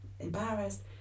embarrassed